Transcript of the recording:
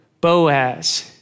Boaz